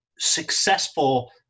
successful